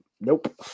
nope